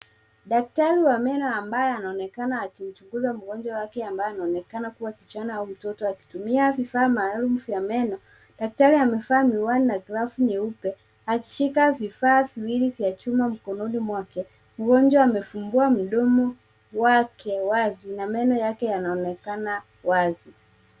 Daktari wa meno ambaye anaonekana akimchunguza mgonjwa wake ambaye anaonekana kuwa kijana au mtoto akitumia vifaa maalum za meno. Daktari amevaa miwani na glavu nyeupe akishika vifaa viwili vya chuma mikononi mwake. Mgonjwa amefungua mdomo wake wazi na meno yake yanaonekana wazi.